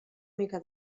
mica